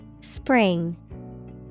Spring